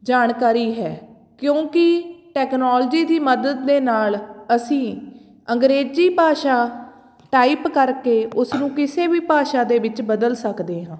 ਜਾਣਕਾਰੀ ਹੈ ਕਿਉਂਕਿ ਟੈਕਨੋਲਜੀ ਦੀ ਮਦਦ ਦੇ ਨਾਲ ਅਸੀਂ ਅੰਗਰੇਜ਼ੀ ਭਾਸ਼ਾ ਟਾਈਪ ਕਰਕੇ ਉਸਨੂੰ ਕਿਸੇ ਵੀ ਭਾਸ਼ਾ ਦੇ ਵਿੱਚ ਬਦਲ ਸਕਦੇ ਹਾਂ